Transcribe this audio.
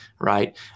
right